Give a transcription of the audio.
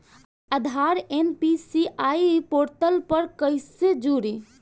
आधार NPCI portal पर कईसे जोड़ी?